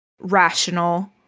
rational